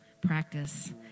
practice